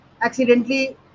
accidentally